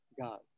God